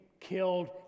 killed